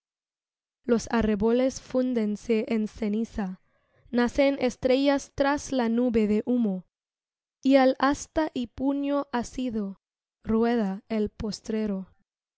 los arreboles fúndense en ceniza nacen estrellas tras la nube de humo y al asta y puño asido rueda el postrero